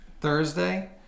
Thursday